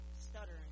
stuttering